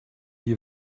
die